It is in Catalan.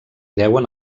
deuen